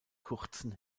kurzen